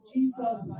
Jesus